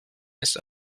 ist